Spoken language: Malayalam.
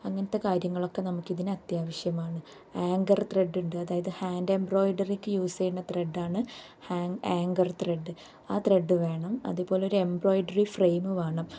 അങ്ങനെത്തെ കാര്യങ്ങളൊക്കെ നമുക്കിതിന് അത്യാവശ്യമാണ് ഏംഗർ ത്രെഡ് ഉണ്ട് അതായത് ഹാൻഡ് എംബ്രോയിഡറിക്ക് യൂസ് ചെയ്യുന്ന ത്രെഡ് ആണ് ആംഗർ ത്രെഡ് ആ ത്രഡ് വേണം അതേപോലെ ഒരു എംബ്രോയ്ഡറി ഫ്രെയിമ് വേണം